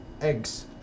eggs